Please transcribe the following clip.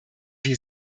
wir